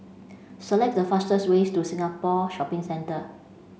select the fastest ways to Singapore Shopping Centre